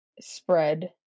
spread